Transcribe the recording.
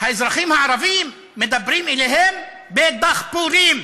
האזרחים הערבים, מדברים אליהם בדחפורים,